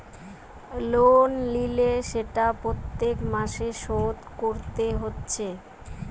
loan লিলে সেটা প্রত্যেক মাসে শোধ কোরতে হচ্ছে